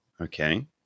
Okay